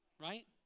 right